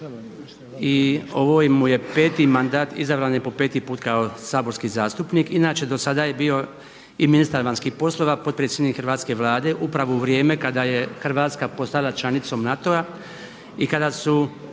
i ovo mu je peti mandat, izabran je po peti put kao saborski zastupnik. Inače do sada je bio i ministar vanjskih poslova, potpredsjednik hrvatske Vlade upravo u vrijeme kada je Hrvatska postala članicom NATO-a i kada su